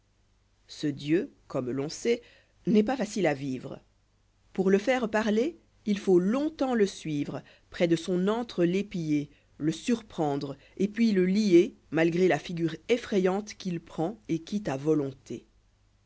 ce dieu corïîme l'on sait n'est pas facile à vivre pour le faire parler il faut long-temps le suivre près de son antre l'épier le surprendre et puis le lier malgré la figure effrayante qu'il prend et quitte à volonté